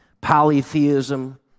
polytheism